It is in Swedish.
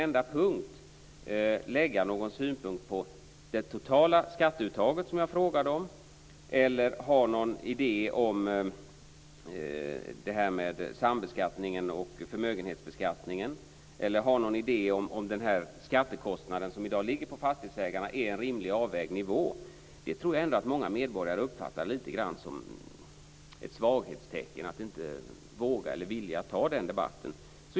Men att inte lägga fram någon enda synpunkt på det totala skatteuttaget, sambeskattningen eller förmögenhetsbeskattning eller ifall skattekostnaden för fastighetsägarna i dag ligger på en rimligt avvägd nivå, tror jag att många medborgare uppfattar som ett svaghetstecken. De uppfattar det som att finansministern inte vågar eller vill ta den debatten.